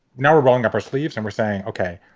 now we're rolling up our sleeves and we're saying, ok,